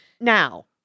Now